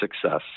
success